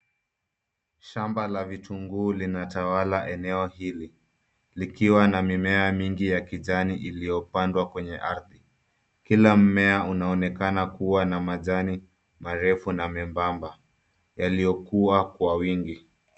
Shamba la vitunguu vimetawala eneo hili, likiwa na mimea mingi ya kijani iliyopandwa kwenye ardhi. Kila mmea unaonekana kuwa na majani marefu na membamba yaliyokuwa kwa wingi.